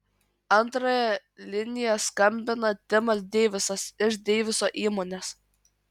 antrąja linija skambina timas deivisas iš deiviso įmonės